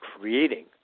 creating